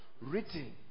Written